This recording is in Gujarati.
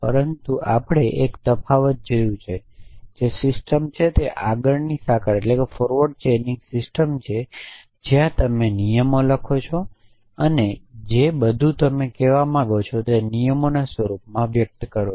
પરંતુ આપણે એક તફાવત જોયું છે જે સિસ્ટમ છે જે આગળની સાંકળ સિસ્ટમ છે જ્યાં તમે નિયમો લખો છો અને જે બધું તમે કહેવા માંગો છો તે નિયમોના સ્વરૂપમાં વ્યક્ત કરો